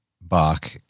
Bach